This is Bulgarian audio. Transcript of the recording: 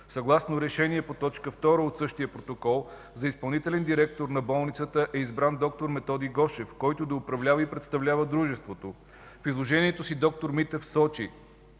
Съгласно решение по т. 2 от същия протокол за изпълнителен директор на болницата е избран д-р Методи Гошев, който да управлява и представлява дружеството.” В изложението си д-р Митев сочи,